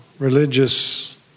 religious